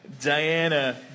Diana